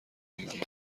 میگی